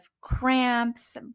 cramps